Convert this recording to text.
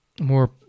more